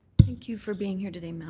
thank you for being here today,